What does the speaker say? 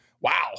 wow